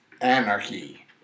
anarchy